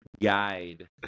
guide